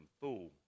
fool